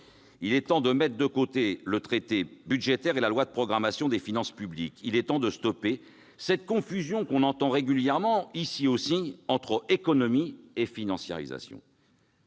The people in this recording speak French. Il est temps de mettre de côté le traité budgétaire et la loi de programmation des finances publiques ; il est temps de stopper cette confusion que l'on entend régulièrement, y compris ici, entre économie et financiarisation